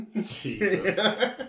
Jesus